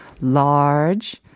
large